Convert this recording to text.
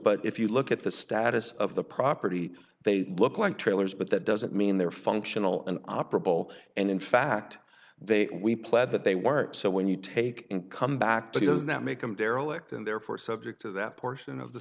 but if you look at the status of the property they look like trailers but that doesn't mean they're functional and operable and in fact they we pled that they weren't so when you take income back to does that make them derelict and therefore subject to that portion of the